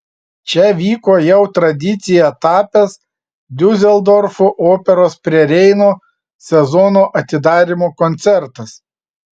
čia vyko jau tradicija tapęs diuseldorfo operos prie reino sezono atidarymo koncertas